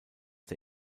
der